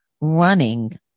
running